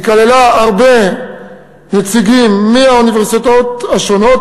היא כללה הרבה נציגים מהאוניברסיטאות השונות,